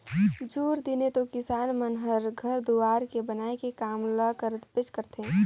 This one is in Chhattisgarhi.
झूर दिने तो किसान मन हर घर दुवार के बनाए के काम ल करबेच करथे